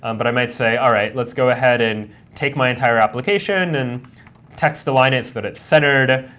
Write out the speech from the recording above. um but i might say, all right, let's go ahead and take my entire application and text the line it's but it's centered,